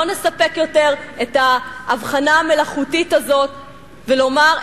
לא נספק יותר את ההבחנה המלאכותית הזאת ונאמר,